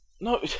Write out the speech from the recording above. No